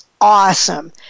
awesome